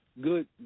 good